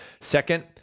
Second